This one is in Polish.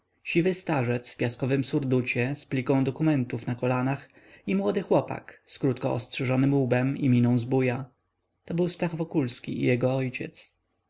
siwy starzec w piaskowym surducie z pliką papierów na kolanach i młody chłopak z krótko ostrzyżonym łbem i miną zbójca to był stach wokulski i jego ojciec